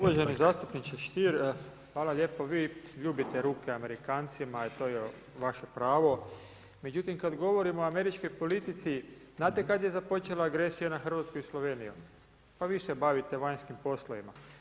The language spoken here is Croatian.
Uvaženi zastupniče Stier hvala lijepo, vi ljubite ruke Amerikancima i to je vaše pravo, međutim, kada govorimo o američkoj politici, znate kada je započela agresija na Hrvatsku i Sloveniju, pa vi se bavite vanjskim poslovima.